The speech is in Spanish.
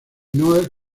noël